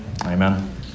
Amen